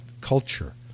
culture